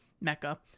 Mecca